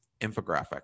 Infographic